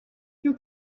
you